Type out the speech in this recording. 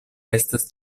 estas